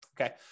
okay